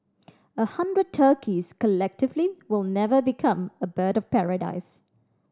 a hundred turkeys collectively will never become a bird of paradise